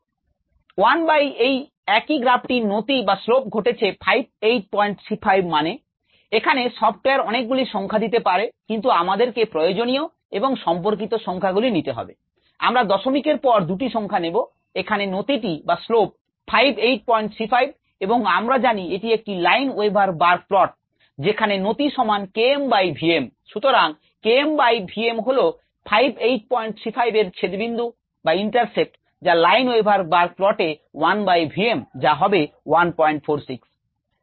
1 by এই একই গ্রাফটির নতি যা Lineweaver Burke প্লট এ 1 বাই v m যা হবে 146